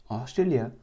Australia